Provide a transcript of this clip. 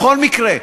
בכל מקרה,